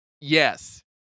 Yes